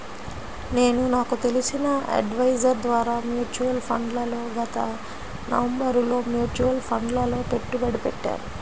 నేను నాకు తెలిసిన అడ్వైజర్ ద్వారా మ్యూచువల్ ఫండ్లలో గత నవంబరులో మ్యూచువల్ ఫండ్లలలో పెట్టుబడి పెట్టాను